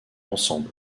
ensemble